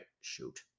shoot